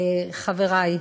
חברי,